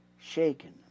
shaken